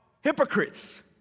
hypocrites